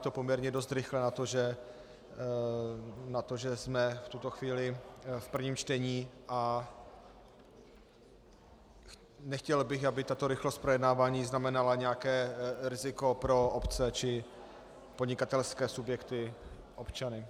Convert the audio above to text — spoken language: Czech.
To mi připadá poměrně dost rychlé na to, že jsme v tuto chvíli v prvním čtení, a nechtěl bych, aby tato rychlost projednávání znamenala nějaké riziko pro obce či podnikatelské subjekty a občany.